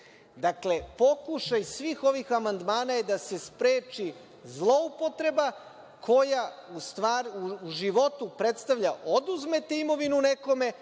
pokušaj svih ovih amandmana je da se spreči zloupotreba koja, u životu predstavlja da oduzmete imovinu nekome,